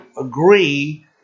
agree